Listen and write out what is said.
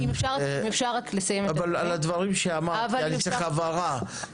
על הדברים שאמרת כי אני צריך הבהרה.